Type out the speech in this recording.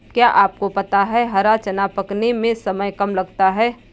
क्या आपको पता है हरा चना पकाने में समय कम लगता है?